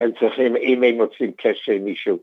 הם צריכים אם הם רוצים קשר עם מישהו.